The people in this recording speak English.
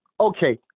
Okay